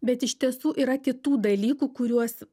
bet iš tiesų yra kitų dalykų kuriuos